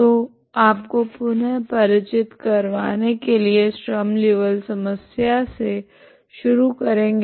तो आपको पुनः परिचित करवाने के लिए स्ट्रीम लीऔविल्ले समस्या से शुरू करेगे